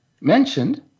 mentioned